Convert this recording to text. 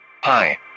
hi